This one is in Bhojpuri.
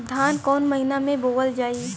धान कवन महिना में बोवल जाई?